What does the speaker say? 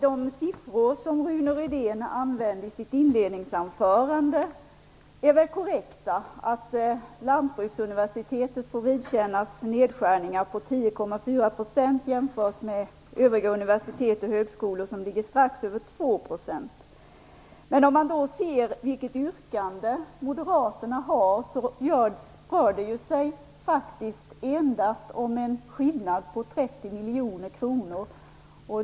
De siffror Rune Rydén använde i sitt inledningsanförande är väl korrekta. Lantbruksuniversitetet får vidkännas nedskärningar på 10,4 %, när motsvarande siffra för övriga universitet ligger på strax över 2 %. Men när man ser vilket yrkande Moderaterna har rör det sig om en skillnad på endast 30 miljoner kronor.